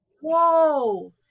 Whoa